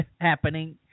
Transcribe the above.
happening